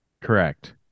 Correct